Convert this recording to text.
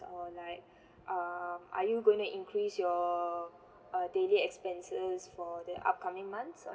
or like um are you gonna increase your uh daily expenses for the upcoming months or